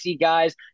guys